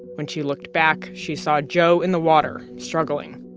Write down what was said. when she looked back, she saw joe in the water struggling.